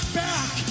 back